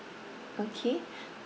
okay